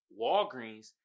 Walgreens